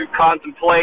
contemplate